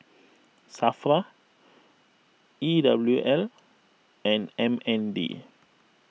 Safra E W L and M N D